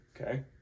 Okay